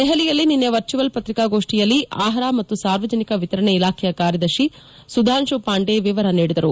ದೆಹಲಿಯಲ್ಲಿ ನಿನ್ನೆ ವರ್ಚುವಲ್ ಪತ್ರಿಕಾಗೋಷ್ಣಿಯಲ್ಲಿ ಆಹಾರ ಮತ್ತು ಸಾರ್ವಜನಿಕ ವಿತರಣೆ ಇಲಾಖೆಯ ಕಾರ್ಯದರ್ಶಿ ಸುಧಾಂಶು ಪಾಂಡೆ ವಿವರ ನೀಡಿದರು